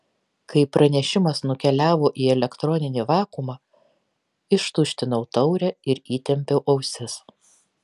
kai pranešimas nukeliavo į elektroninį vakuumą ištuštinau taurę ir įtempiau ausis